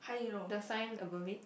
the sign above it